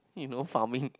then you know farming